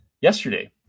yesterday